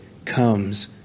Comes